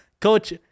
Coach